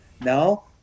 No